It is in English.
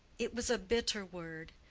it was a bitter word.